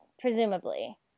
Presumably